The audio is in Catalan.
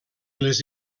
les